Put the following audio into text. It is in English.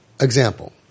Example